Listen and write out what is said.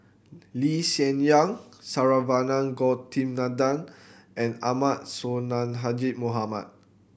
Lee Hsien Yang Saravanan Gopinathan and Ahmad Sonhadji Mohamad